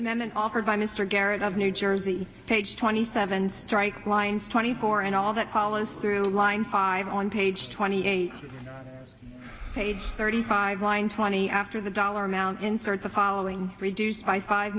and then offered by mr garrett of new jersey page twenty seven strike lines twenty four and all that policy or a line five on page twenty eight page thirty five line twenty after the dollar amount insert the following reduced by five